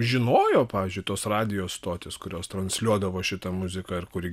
žinojo pavyzdžiui tos radijo stotys kurios transliuodavo šitą muziką ir kuri